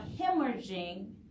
hemorrhaging